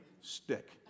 stick